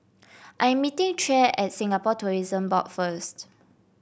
I am meeting Tre at Singapore Tourism Board first